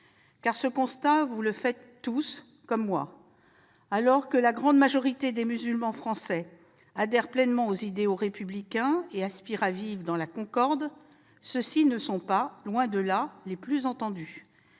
Ce constat, vous le faites tous comme moi : si la grande majorité des musulmans français adhèrent pleinement aux idéaux républicains et aspirent à vivre dans la concorde, ils ne sont pas, tant s'en faut, les plus entendus